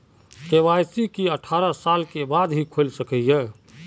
KYC की अठारह साल के बाद ही खोल सके हिये?